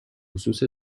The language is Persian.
خصوص